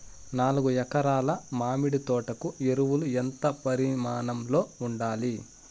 నాలుగు ఎకరా ల మామిడి తోట కు ఎరువులు ఎంత పరిమాణం లో ఉండాలి?